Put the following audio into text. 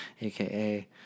aka